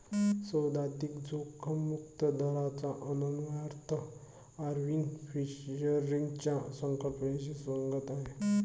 सैद्धांतिक जोखीम मुक्त दराचा अन्वयार्थ आयर्विंग फिशरच्या संकल्पनेशी सुसंगत आहे